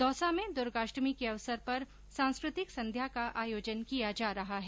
दौसा में द्र्गोष्टमी के अवसर पर सांस्कृतिक संध्या का आयोजन किया जा रहा है